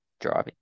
driving